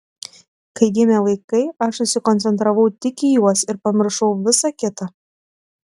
kai gimė vaikai aš susikoncentravau tik į juos ir pamiršau visa kita